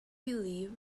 believe